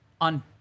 on